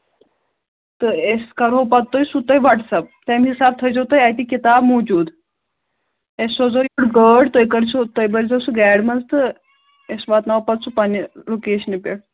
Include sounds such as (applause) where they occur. تہٕ أسۍ کرہو پَتہٕ تۄہہِ سُہ تۄہہِ وَٹسیپ تَمہِ حِسابہٕ تھٲیزیو تُہۍ اَتہِ کِتاب موٗجوٗد أسۍ سوزو (unintelligible) گٲڑۍ تُہۍ کٔرۍزیو تُہۍ بٔرۍزیو سُہ گاڑِ منٛز تہٕ أسۍ واتناوَو پَتہٕ سُہ پنٛنہِ لوکیشنہِ پٮ۪ٹھ